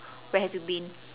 where have you been